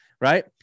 Right